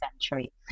century